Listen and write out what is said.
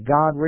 God